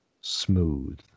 smooth